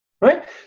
Right